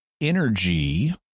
energy